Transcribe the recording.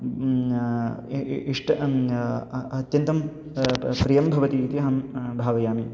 इष्ट अत्यन्तं प्रियं भवति इति अहं भावयामि